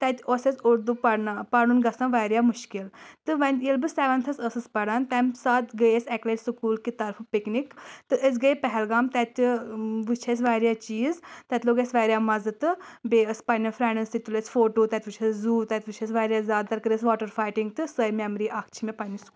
تَتہِ اوس اَسہِ اردوٗ پَرناو پرُن گژھان واریاہ مُشکِل تہٕ وۄنۍ ییٚلہِ بہٕ سِیٚوَنٛتھَس ٲسٕس پَران تَمہِ ساتہٕ گٔے اَسہِ اَکہِ لَٹہِ سکوٗل کہِ طرفہٕ پِکنِک تہٕ أسۍ گٔے پہلگام تَتہِ وٕچھ اَسہِ واریاہ چیٖز تَتہِ لوٚگ اسہِ واریاہ مَزٕ تہٕ بیٚیہِ ٲسۍ پَننؠن فرینٛڈن سۭتۍ تُل اَسہِ فوٹو تَتہِ وٕچھ زوٗ تَتہِ وٕچھِ واریاہ زیادٕ تَر کٔر اَسہِ واٹَر فایٹِنٛگ تہٕ سۄے مَیٚمَری اَکھ چھِ مےٚ پَنٛنہِ سکوٗلٕچ